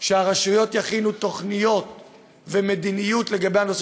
שהרשויות יכינו תוכניות ומדיניות בנושא